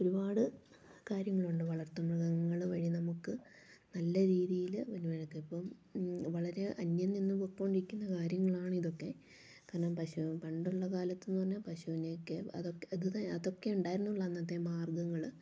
ഒരുപാട് കാര്യങ്ങളുണ്ട് വളർത്തുമൃഗങ്ങൾ വഴി നമുക്ക് നല്ല രീതിയിൽ ഇപ്പം വളരെ അന്യം നിന്ന് പോക്കോണ്ടിരിക്കുന്ന കാര്യങ്ങളാണ് ഇതൊക്കെ കാരണം പശു പണ്ടുള്ള കാലത്ത് എന്ന് പറഞ്ഞാൽ പശുവിനെയൊക്കെ അതൊക്കെ ഇത് അതൊക്കെ ഉണ്ടായിരുന്നുള്ളൂ അന്നത്തെ മാർഗങ്ങൾ